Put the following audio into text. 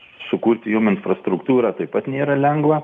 sukurti jum infrastruktūrą taip pat nėra lengva